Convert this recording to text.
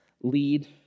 lead